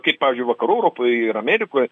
kaip pavyzdžiui vakarų europoj ir amerikoje